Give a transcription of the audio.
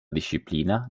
disciplina